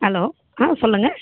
hello ஆ சொல்லுங்கள்